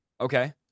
Okay